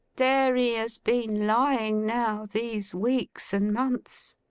there he has been lying, now, these weeks and months.